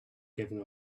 giving